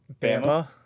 Bama